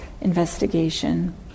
investigation